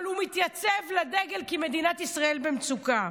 אבל הוא מתייצב לדגל כי מדינת ישראל במצוקה.